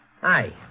Hi